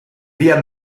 via